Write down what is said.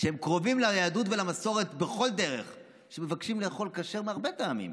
שקרובים ליהדות ולמסורת בכל דרך ומבקשים לאכול כשר מהרבה טעמים.